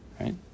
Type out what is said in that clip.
Right